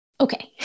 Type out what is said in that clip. Okay